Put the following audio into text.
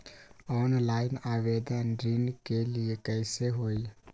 Online आवेदन ऋन के लिए कैसे हुई?